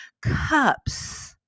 Cups